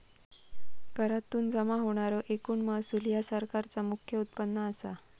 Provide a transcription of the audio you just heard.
करातुन जमा होणारो एकूण महसूल ह्या सरकारचा मुख्य उत्पन्न असा